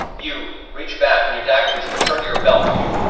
you reach back and your daggers, which have returned to your belt, you